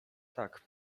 tak